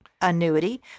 annuity